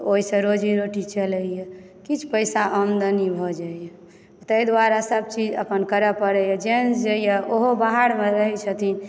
ओहिसँ रोजी रोटी चलैए किछु पैसा आमदनी भऽ जाइए ताहि दुआरे सभ चीज अपन करय पड़ैए जेंटस जेए ओहो बाहरमे रहैत छथिन